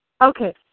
Okay